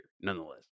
nonetheless